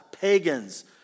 pagans